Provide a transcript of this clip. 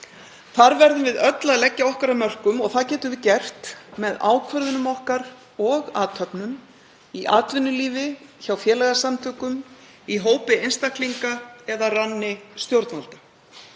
Þar verðum við öll að leggja okkar af mörkum og það getum við gert með ákvörðunum okkar og athöfnum í atvinnulífi, hjá félagasamtökum, í hópi einstaklinga eða ranni stjórnvalda,